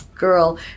girl